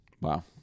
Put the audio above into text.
Wow